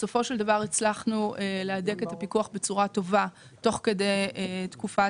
בסופו של דבר הצלחנו להדק את הפיקוח בצורה טובה תוך כדי תקופת